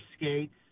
skates